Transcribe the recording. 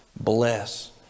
Bless